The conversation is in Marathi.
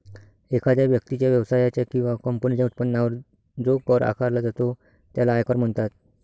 एखाद्या व्यक्तीच्या, व्यवसायाच्या किंवा कंपनीच्या उत्पन्नावर जो कर आकारला जातो त्याला आयकर म्हणतात